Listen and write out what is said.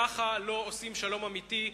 כך לא עושים שלום אמיתי,